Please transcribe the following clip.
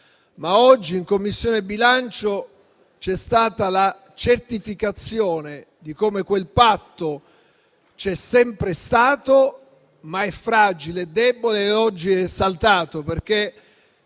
però, in Commissione bilancio vi è stata la certificazione di come quel patto c'è sempre stato, ma che è fragile e debole. Oggi il patto